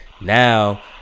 Now